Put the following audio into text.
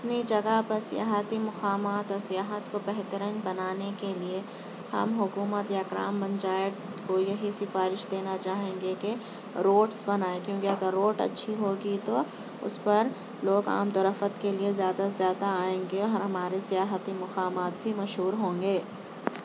اپنی جگہ پر سیاحتی مقامات اور سیاحت کو بہترین بنانے کے لیے ہم حکومت یا گرام پنچایت کو یہی سفارش دینا چاہیں گے کہ روڈس بنائیں کیونکہ اگر روڈ اچھی ہوگی تو اس پر لوگ آمدورفت کے لیے زیادہ سے زیادہ آئیں گے اور ہمارے سیاحتی مقامات بھی مشہور ہوں گے